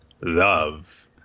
love